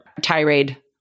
Tirade